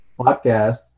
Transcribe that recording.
podcast